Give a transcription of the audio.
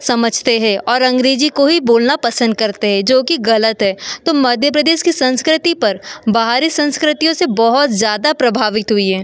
समझते हैं और अंग्रेजी को ही बोलना पसंद करते है जो कि गलत है तो मध्य प्रदेश की संस्कृति पर बाहरी संस्कृतियों से बहुत ज़्यादा प्रभावित हुई है